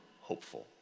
hopeful